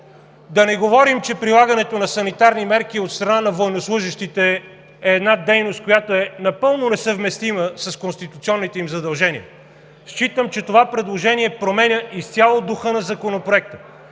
Да не говорим, че прилагането на санитарни мерки от страна на военнослужещите е дейност, която е напълно несъвместима с конституционните им задължения. Считам, че това предложение променя изцяло духа на Законопроекта,